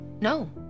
No